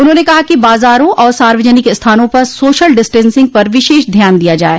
उन्होंने कहा कि बाजारों आर सार्वजनिक स्थानों पर सोशल डिस्टेंसिंग पर विशेष ध्यान दिया जाये